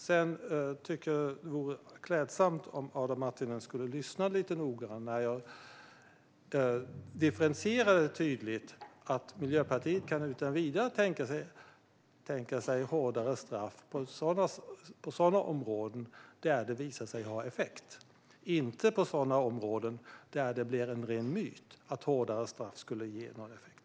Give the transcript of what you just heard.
Jag tycker att det vore klädsamt om Adam Marttinen lyssnade lite mer noggrant när jag tydligt differentierade detta. Miljöpartiet kan utan vidare tänka sig hårdare straff på sådana områden där det visar sig ha effekt, men inte på sådana områden där det blir en ren myt att hårdare straff skulle ge någon effekt.